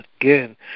again